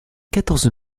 quatorze